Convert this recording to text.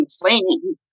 complaining